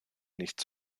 nicht